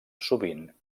sovint